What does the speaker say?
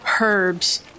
herbs